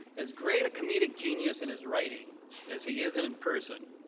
as great a comedic genius in his writing as he is and in person,